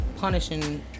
punishing